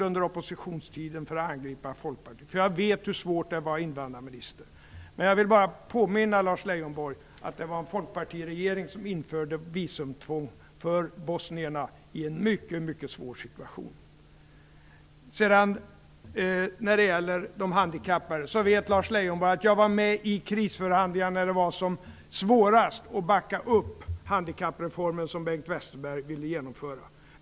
Under oppositionstiden avstod jag från att angripa Folkpartiet därför att jag vet hur svårt det är att vara invandrarminister. Men jag vill bara påminna Lars Leijonborg om att det var en regering där Folkpartiet deltog som införde visumtvång för bosnierna i en mycket svår situation. När det gäller de handikappade vet Lars Leijonborg att jag var med i krisförhandlingarna när läget var som svårast och backade upp den handikappreform som Bengt Westerberg ville genomföra.